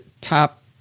top